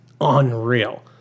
unreal